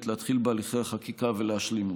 להתחיל בהליכי החקיקה ולהשלים אותם.